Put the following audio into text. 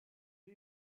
the